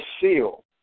seal